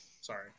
Sorry